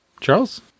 charles